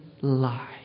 lie